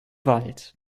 wald